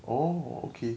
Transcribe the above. oh okay